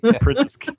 Princess